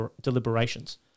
deliberations